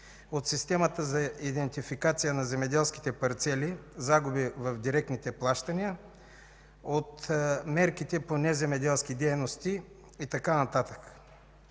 от системата за идентификация на земеделските парцели, загуби в директните плащания, от мерките по неземеделски дейности и така нататък.